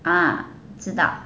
ah 知道